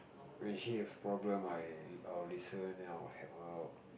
when she have problem I I will listen then I will help her out